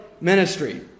ministry